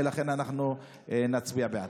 ולכן אנחנו נצביע בעד.